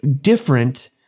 different